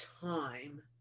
time